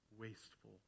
wasteful